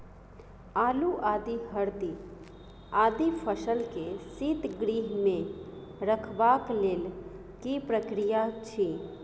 आलू, आदि, हरदी आदि फसल के शीतगृह मे रखबाक लेल की प्रक्रिया अछि?